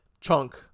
chunk